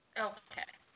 okay